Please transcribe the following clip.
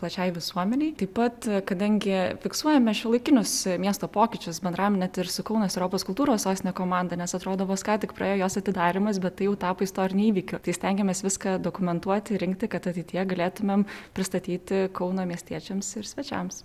plačiai visuomenei taip pat kadangi fiksuojame šiuolaikinius miesto pokyčius bendraujam net ir su kaunas europos kultūros sostinė komanda nes atrodo vos ką tik praėjo jos atidarymas bet tai jau tapo istoriniu įvykiu tai stengiamės viską dokumentuoti rinkti kad ateityje galėtumėm pristatyti kauną miestiečiams ir svečiams